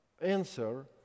answer